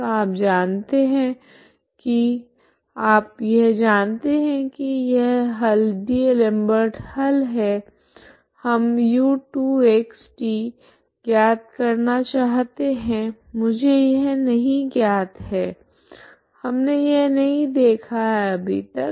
तो आप जानते है की आप यह जानते है की यह हल डी'एलमबर्ट हल है हम u2xt ज्ञात करना चाहते है मुझे यह नहीं ज्ञात है हमने यह नहीं देखा अभी तक